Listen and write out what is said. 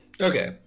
Okay